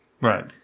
right